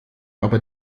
aber